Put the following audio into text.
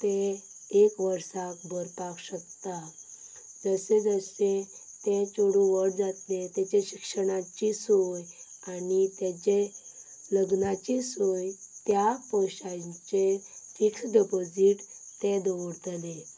ते एक वर्सा भरपाक शकता जशें जशें तें चेडूं व्हड जातलें ताची शिक्षणाची सोय आनी ताजें लग्नाची सोय त्या पयशांचेर फिक्स्ड डिपोजीट ते दवरतले